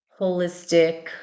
holistic